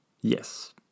Yes